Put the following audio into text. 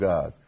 God